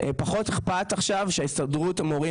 פחות אכפת עכשיו שההסתדרות המורים,